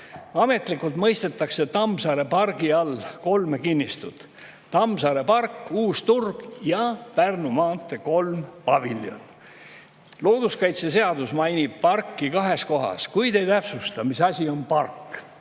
Ametlikult mõistetakse Tammsaare pargi all kolme kinnistut: Tammsaare park, Uus Turg ja Pärnu maantee 3 paviljon. Looduskaitseseadus mainib parki kahes kohas, kuid ei täpsusta, mis asi on park.